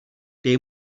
dej